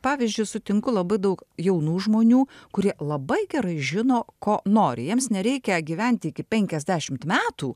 pavyzdžiui sutinku labai daug jaunų žmonių kurie labai gerai žino ko nori jiems nereikia gyventi iki penkiasdešimt metų